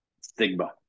stigma